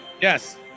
Yes